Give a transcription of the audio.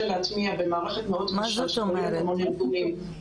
להטמיע במערכת מאוד קשה שכוללת המון ארגונים --- מה זאת אומרת?